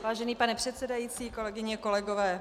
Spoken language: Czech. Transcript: Vážený pane předsedající, kolegyně a kolegové.